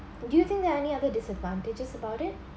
do you think there are any other disadvantages about it